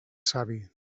savi